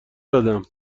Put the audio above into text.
دادم